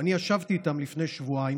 ישבתי איתם כבר לפני שבועיים